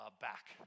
back